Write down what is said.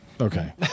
Okay